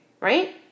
right